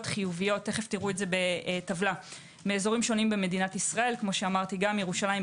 חיוביות מאזורים שונים במדינת ישראל - גם ירושלים,